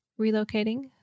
relocating